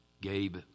Gabe